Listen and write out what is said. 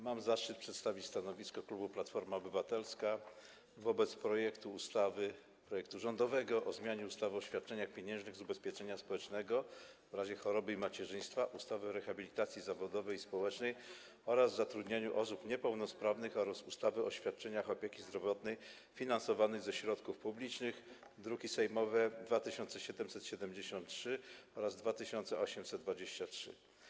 Mam zaszczyt przedstawić stanowisko klubu Platforma Obywatelska wobec rządowego projektu ustawy o zmianie ustawy o świadczeniach pieniężnych z ubezpieczenia społecznego w razie choroby i macierzyństwa, ustawy o rehabilitacji zawodowej i społecznej oraz zatrudnianiu osób niepełnosprawnych oraz ustawy o świadczeniach opieki zdrowotnej finansowanych ze środków publicznych, druki sejmowe nr 2773 i 2823.